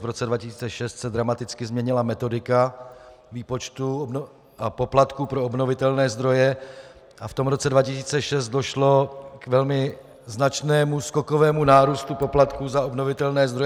V roce 2006 se dramaticky změnila metodika výpočtu a poplatku pro obnovitelné zdroje a v tom roce 2006 došlo k velmi značnému skokovému nárůstu poplatků za obnovitelné zdroje.